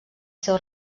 seu